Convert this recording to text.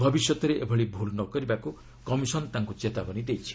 ଭବିଷ୍ୟତରେ ଏଭଳି ଭୁଲ୍ ନ କରିବାକୁ କମିଶନ୍ ତାଙ୍କୁ ଚେତାବନୀ ଦେଇଛି